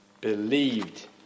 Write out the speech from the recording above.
believed